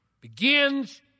Begins